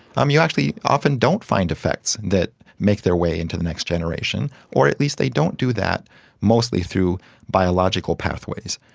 um you actually often don't find effects that make their way into the next generation, or at least they don't do that mostly through biological pathways.